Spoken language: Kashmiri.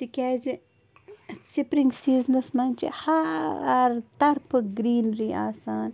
تِکیٛازِ سِپرِنٛگ سیٖزنَس منٛز چھِ ہر طرفہٕ گرٛیٖنری آسان